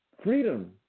Freedom